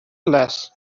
less